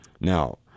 now